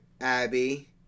Abby